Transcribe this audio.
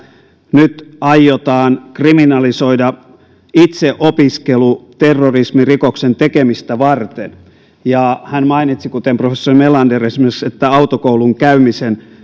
nyt aiotaan kriminalisoida itseopiskelu terrorismirikoksen tekemistä varten ja hän mainitsi kuten professori melander että esimerkiksi autokoulun käymisen